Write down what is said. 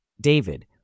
David